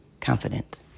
confident